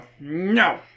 No